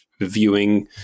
viewing